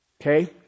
Okay